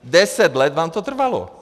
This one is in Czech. Deset let vám to trvalo.